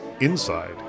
Inside